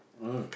mm